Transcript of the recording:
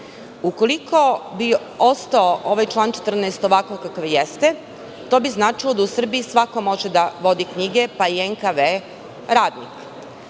bi ostao ovaj član 14. ovakav kakav jeste, to bi značilo da u Srbiji svako može da vodi knjige, pa i NKV radnik.